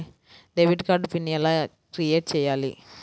Debit card PIN ఎలా create చెయ్యాలి?